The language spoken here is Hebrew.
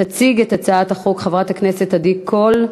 תציג את הצעת החוק חברת הכנסת עדי קול.